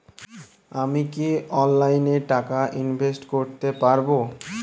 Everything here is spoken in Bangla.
আমি কি অনলাইনে টাকা ইনভেস্ট করতে পারবো?